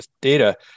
data